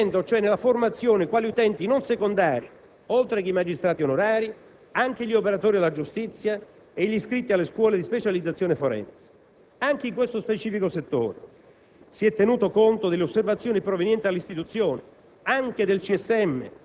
è chiamata ad offrire i suoi servizi all'intero sistema giustizia, coinvolgendo cioè nella formazione, quali utenti non secondari, oltre che i magistrati onorari, anche gli operatori della giustizia e gli iscritti alle scuole di specializzazione forense. Anche in questo specifico settore